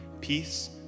peace